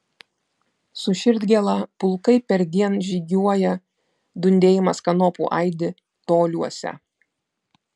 su širdgėla pulkai perdien žygiuoja dundėjimas kanopų aidi toliuose